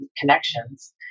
connections